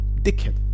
dickhead